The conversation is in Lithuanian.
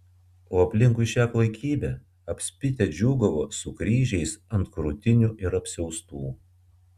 o aplinkui šią klaikybę apspitę džiūgavo su kryžiais ant krūtinių ir apsiaustų